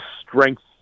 strength